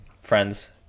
friends